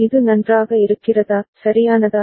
இது நன்றாக இருக்கிறதா சரியானதா